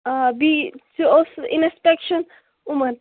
آ بیٚیہِ تہِ اوس اِنسپٮ۪کشن یِمن